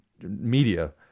media